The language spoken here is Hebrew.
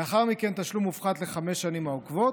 לאחר מכן תשלום מופחת לחמש השנים העוקבות,